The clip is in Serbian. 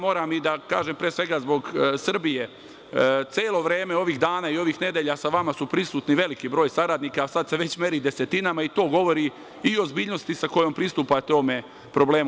Moram da kažem, pre svega zbog Srbije, celo vreme, ovih dana i ovih nedelja sa vama su prisutni veliki broj saradnika, sad se već meri desetinama, i to govori i o ozbiljnosti sa kojom pristupate ovom problemu.